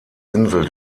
insel